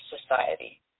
society